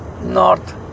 north